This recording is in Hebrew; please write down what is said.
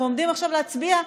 אנחנו עומדים עכשיו להצביע,